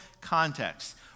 context